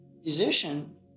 musician